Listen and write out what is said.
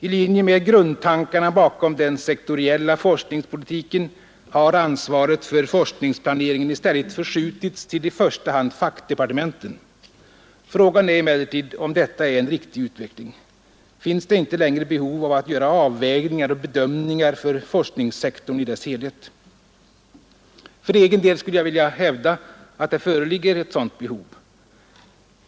I linje med grundtankarna bakom den sektoriella forskningspolitiken har ansvaret för forskningsplaneringen i stället förskjutits till i första hand fackdepartementen. Frågan är emellertid om detta är en riktig utveckling. Finns det inte längre behov av att göra avvägningar och bedömningar för forskningssektorn i dess helhet? För egen del vill jag hävda att det föreligger ett sådant behov.